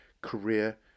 career